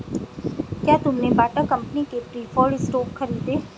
क्या तुमने Bata company के प्रिफर्ड स्टॉक खरीदे?